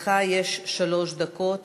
לך יש שלוש דקות